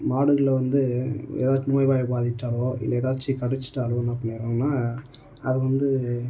மாடுகளில் வந்து எதாச்சும் நோய் வாய் பாதிச்சாலோ இல்லை எதாச்சு கடிச்சிட்டாலோ என்ன பண்ணிருவோன்னா அது வந்து